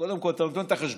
קודם כול אתה נותן את החשבון,